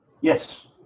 Yes